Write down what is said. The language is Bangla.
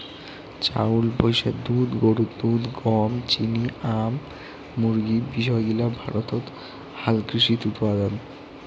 চাউল, ভৈষের দুধ, গরুর দুধ, গম, চিনি, আম, মুরগী বিষয় গিলা ভারতত হালকৃষিত উপাদান